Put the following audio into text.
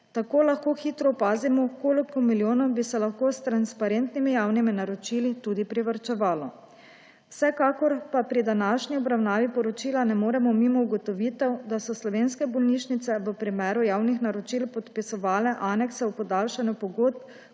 Tako lahko hitro opazimo, koliko milijonov bi se lahko s transparentnimi javnimi naročili tudi privarčevalo. Vsekakor pa je pri današnji obravnavi poročila ne moremo mimo ugotovitev, da so slovenske bolnišnice v primeru javnih naročil podpisovale anekse o podaljšanju pogodb